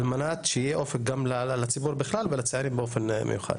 על מנת שיהיה אופק גם לציבור בכלל ולצעירים באופן מיוחד.